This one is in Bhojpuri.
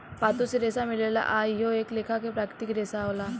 पातो से रेसा मिलेला आ इहो एक लेखा के प्राकृतिक रेसा होला